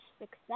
success